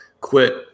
quit